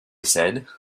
said